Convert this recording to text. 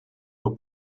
were